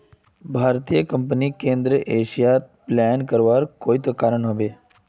भारतीय कंपनीक केंद्रीय एशिया पलायन करवार कोई त कारण ह बे